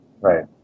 right